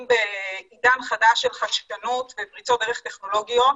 בעידן חדש של חדשנות ופריצות דרך טכנולוגיות